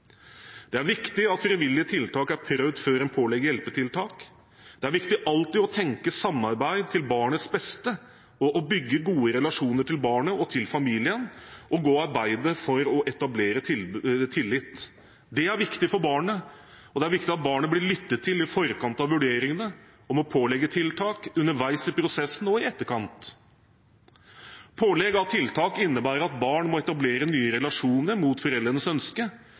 Det er viktig at frivillige tiltak er prøvd før en pålegger hjelpetiltak. Det er viktig alltid å tenke samarbeid til barnets beste, å bygge gode relasjoner til barnet og til familien, og å arbeide for å etablere tillit. Det er viktig for barnet, og det er viktig at barnet blir lyttet til i forkant av vurderingene om å pålegge tiltak, underveis i prosessen og i etterkant. Pålegg av tiltak innebærer at barn må etablere nye relasjoner mot foreldrenes